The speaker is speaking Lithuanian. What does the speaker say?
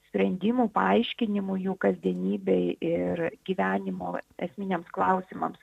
sprendimų paaiškinimų jų kasdienybei ir gyvenimo esminiams klausimams